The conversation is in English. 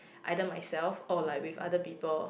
either myself or like with other people